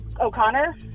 O'Connor